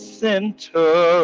center